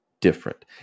different